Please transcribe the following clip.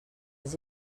els